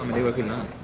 they working on